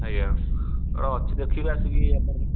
ଆଜ୍ଞା ଅଛି ଦେଖିବେ ଆସିକି ଆପଣମାନେ